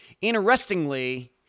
Interestingly